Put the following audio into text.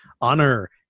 honor